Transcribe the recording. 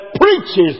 preaches